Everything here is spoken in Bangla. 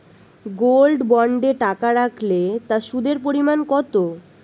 গোল্ড বন্ডে টাকা রাখলে তা সুদের পরিমাণ কত?